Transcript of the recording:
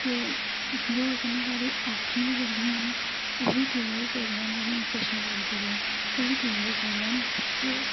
ते समझो कन्नै साढ़ी अक्खीं बी जेहड़िया हैन ओह बी ठीक होई सकदियां न जि'नें गी चश्मे लग्गे दे न ओह् बी ठीक होई सकदे ऐनी